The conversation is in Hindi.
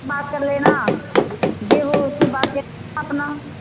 बात कर लेना जे वो उससे बात कर लेना अपना